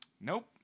nope